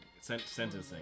sentencing